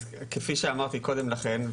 אז כפי שאמרתי קודם לכן,